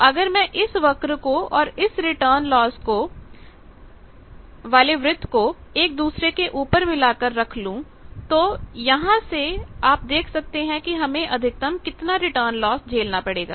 तो अगर मैं इस वक्र को और इस रिटर्न लॉस वाले वृत्त को एक दूसरे के ऊपर मिलाकर रख लूं तो यहां से आप देख सकते हैं कि हमें अधिकतम कितना रिटर्न लॉस झेलना पड़ेगा